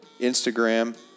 Instagram